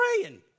praying